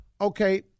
Okay